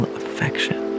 affection